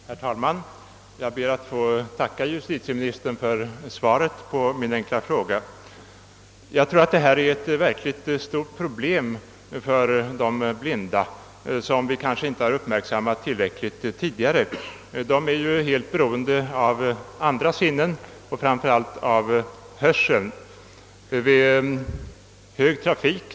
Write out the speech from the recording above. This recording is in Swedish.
Herr talman! Jag ber att få tacka justitieministern för svaret på min enkla fråga. Jag tror att detta är ett för de blinda verkligt stort problem, som vi kanske inte tillräckligt har uppmärksammat tidigare. De blinda är helt beroende av andra sinnen än synen, framför allt av sin hörsel.